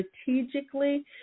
strategically